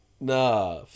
Nah